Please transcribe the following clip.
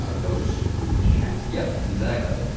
ah those who can't? yep. exactly.